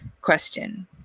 question